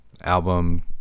album